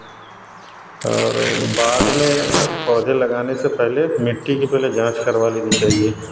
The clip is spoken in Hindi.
और बाद में पौधे लगाने से पहले मिट्टी की पहले जाँच करवा लेनी चाहिए